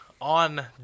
On